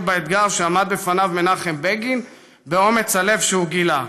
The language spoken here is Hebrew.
באתגר שעמד בפניו מנחם בגין באומץ הלב שהוא גילה.